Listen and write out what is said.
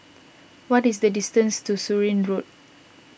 what is the distance to Surin Road